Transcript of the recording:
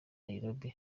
nairobi